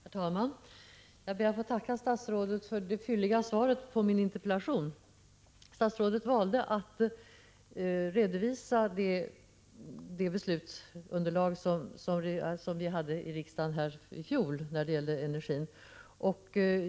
Herr talman! Jag ber att få tacka statsrådet för det fylliga svaret på min interpellation. Statsrådet valde att redovisa det beslutsunderlag som vi här i riksdagen hade i fjol när det gällde energin.